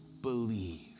Believe